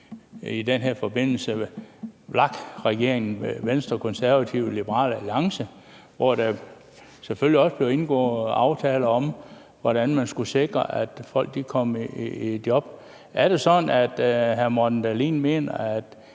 i den her forbindelse var VLAK-regeringen med Venstre, Liberal Alliance og De Konservative. Dengang blev der selvfølgelig også indgået aftaler om, hvordan man skulle sikre, at folk kom i job. Er det sådan, at hr. Morten Dahlin mener,